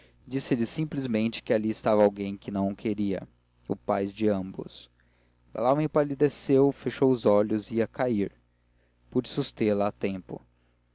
palavras disse-lhe simplesmente que ali estava alguém que não queria o pai de ambos lalau empalideceu fechou os olhos e ia a cair pude sustê la a tempo